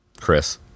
Chris